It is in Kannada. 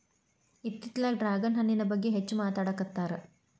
ಇತ್ತಿತ್ತಲಾಗ ಡ್ರ್ಯಾಗನ್ ಹಣ್ಣಿನ ಬಗ್ಗೆ ಹೆಚ್ಚು ಮಾತಾಡಾಕತ್ತಾರ